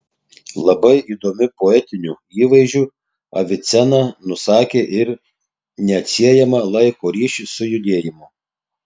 labai įdomiu poetiniu įvaizdžiu avicena nusakė ir neatsiejamą laiko ryšį su judėjimu